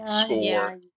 score